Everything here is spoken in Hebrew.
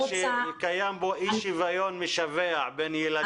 שאין בו שיוון משווע בין ילדים במדינת ישראל.